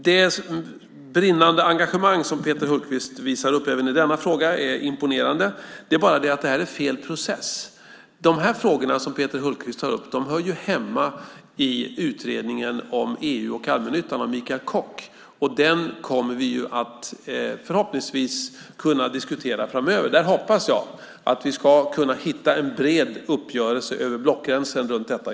Det brinnande engagemang som Peter Hultqvist visar upp även i denna fråga är imponerande. Det är bara det att det här är fel process. De frågor som Peter Hultqvist tar upp hör ju hemma i utredningen om EU och allmännyttan av Michaël Koch, och den kommer vi förhoppningsvis att kunna diskutera framöver. Där hoppas jag att vi ska kunna hitta en bred uppgörelse över blockgränsen.